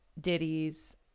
ditties